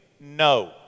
No